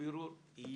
פתאום הוא גיבור תרבות.